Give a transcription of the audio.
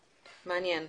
אוקיי, מעניין.